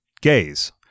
gaze